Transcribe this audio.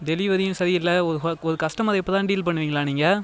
டெலிவரியும் சரியில்லை ஒரு ஒரு கஸ்டமரை இப்படி தான் டீல் பண்ணுவிங்களா நீங்கள்